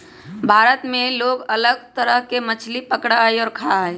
भारत में लोग अलग अलग तरह के मछली पकडड़ा हई और खा हई